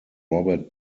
robert